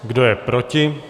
Kdo je proti?